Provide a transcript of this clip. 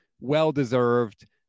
Well-deserved